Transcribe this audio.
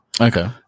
Okay